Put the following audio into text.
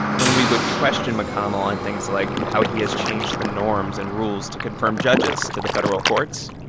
when we would question mcconnell on things like how he has changed the norms and rules to confirm judges to the federal courts,